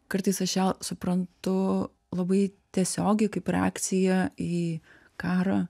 kartais aš ją suprantu labai tiesiogiai kaip reakciją į karą